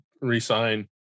resign